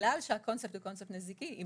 בגלל שהקונספט הוא קונספט נזיקי זה גם אומר